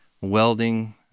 welding